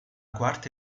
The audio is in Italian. quarta